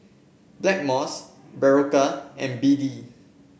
Blackmores Berocca and B D